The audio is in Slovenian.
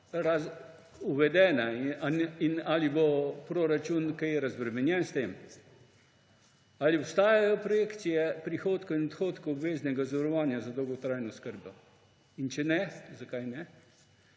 stopnja in ali bo proračun kaj razbremenjen s tem? Ali obstajajo projekcije prihodkov in odhodkov obveznega zavarovanja za dolgotrajno oskrbo? In če ne, zakaj ne?